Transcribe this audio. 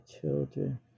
children